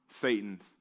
Satan's